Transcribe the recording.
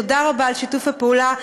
תודה רבה על שיתוף הפעולה.